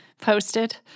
posted